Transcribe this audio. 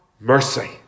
mercy